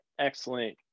excellent